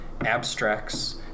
abstracts